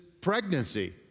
pregnancy